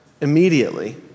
immediately